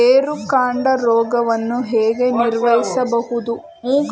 ಬೇರುಕಾಂಡ ರೋಗವನ್ನು ಹೇಗೆ ನಿರ್ವಹಿಸಬಹುದು?